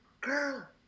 girl